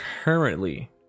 currently